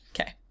okay